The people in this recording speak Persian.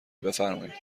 بفرمایید